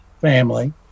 family